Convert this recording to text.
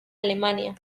alemania